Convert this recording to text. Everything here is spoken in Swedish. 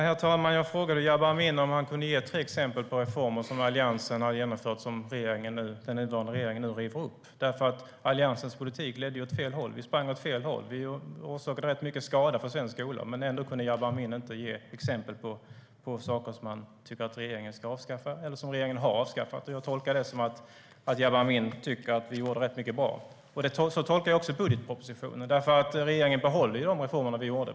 Herr talman! Jag frågade Jabar Amin om han kunde ge tre exempel på reformer som Alliansen har genomfört och som den nuvarande regeringen nu river upp. Alliansens politik ledde ju åt fel håll. Vi sprang ju åt fel håll och orsakade rätt mycket skada för svensk skola, men trots det kan Jabar Amin inte ge exempel på saker som han tycker att regeringen ska avskaffa eller som regeringen har avskaffat. Jag tolkar det som att Jabar Amin tycker att vi gjorde rätt mycket bra. Jag tolkar även budgetpropositionen så. Regeringen behåller ju de reformer vi gjorde.